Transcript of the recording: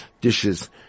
dishes